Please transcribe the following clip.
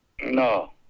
No